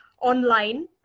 online